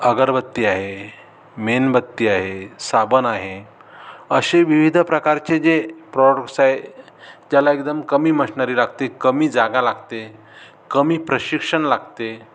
अगरबत्ती आहे मेणबत्ती आहे साबण आहे अशे विविध प्रकारचे जे प्रॉडक्टस् आहे त्याला एकदम कमी मशनरी लागते कमी जागा लागते कमी प्रशिक्षण लागते